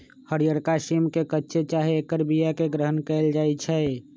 हरियरका सिम के कच्चे चाहे ऐकर बियाके ग्रहण कएल जाइ छइ